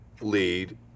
lead